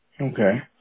Okay